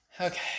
Okay